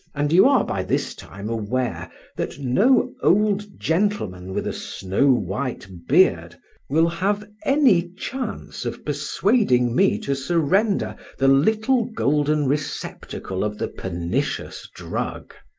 and you are by this time aware that no old gentleman with a snow-white beard will have any chance of persuading me to surrender the little golden receptacle of the pernicious drug.